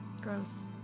Gross